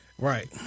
right